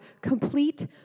complete